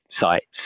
sites